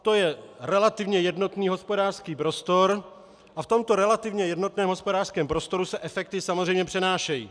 To je relativně jednotný hospodářský prostor a v tomto relativně jednotném hospodářském prostoru se efekty samozřejmě přenášejí.